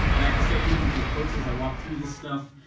right, i start thinking through hooks as i walk through this stuff.